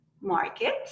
market